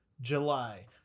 July